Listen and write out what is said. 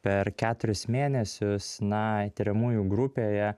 per keturis mėnesius na tiriamųjų grupėje